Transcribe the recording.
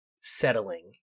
settling